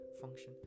function